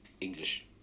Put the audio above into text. English